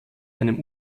einem